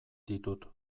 ditut